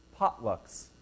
potlucks